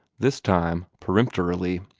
this time peremptorily.